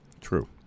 True